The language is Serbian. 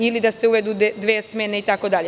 Ili da se uvedu dve smene itd.